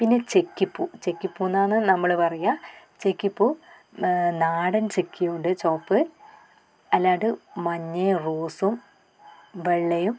പിന്നെ ചെക്കി പൂ ചെക്കി പൂ എന്നാന്ന് നമ്മൾ പറയാ ചെക്കി പൂ നാടൻ ചെക്കിയുണ്ട് ചുവപ്പ് അല്ലാണ്ട് മഞ്ഞയും റോസും വെള്ളയും